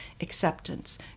acceptance